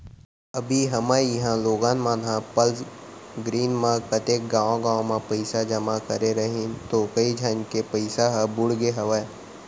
अभी हमर इहॉं लोगन मन ह प्लस ग्रीन म कतेक गॉंव गॉंव म पइसा जमा करे रहिन तौ कइ झन के पइसा ह बुड़गे हवय